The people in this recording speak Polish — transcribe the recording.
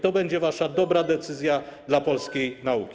To będzie wasza dobra decyzja dla polskiej nauki.